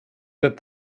that